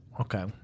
Okay